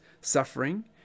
suffering